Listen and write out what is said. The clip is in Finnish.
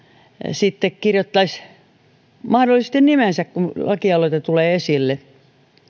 sitten kirjoittaisivat mahdollisesti nimensä kun lakialoite tulee esille